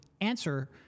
answer